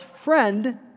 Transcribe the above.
friend